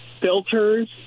filters